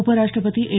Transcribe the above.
उपराष्ट्रपती एम